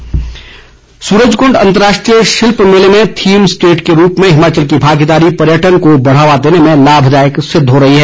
सुरजकूंड सूरजकुंड अंतर्राष्ट्रीय शिल्प मेले में थीम स्टेट के रूप में हिमाचल की भागीदारी पर्यटन को बढ़ावा देने में लाभदायक सिद्ध हो रही है